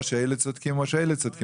או שאלו צודקים או שאלו צודקים,